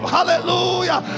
Hallelujah